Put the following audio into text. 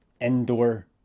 indoor